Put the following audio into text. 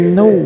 no